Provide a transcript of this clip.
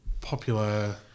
popular